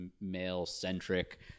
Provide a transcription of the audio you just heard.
male-centric